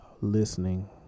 listening